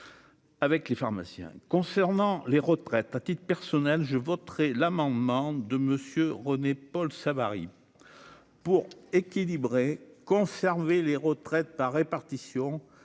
Avec les pharmaciens concernant les retraites, à titre personnel, je voterai l'amendement de Monsieur René Paul Savary pour équilibrer conserver les retraites par répartition